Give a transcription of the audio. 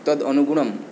तद् अनुगुणं